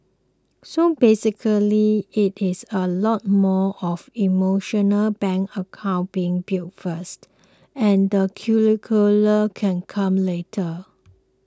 so basically it is a lot more of emotional bank account being built first and the curriculum can come later